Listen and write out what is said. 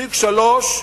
כמה זה 0.3%?